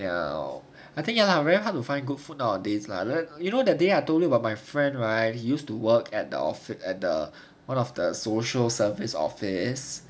ya orh I think ah very hard to find good food nowadays lah like you know that day I told you about my friend right he used to work at the office at the one of the social service office